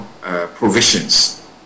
provisions